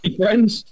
friends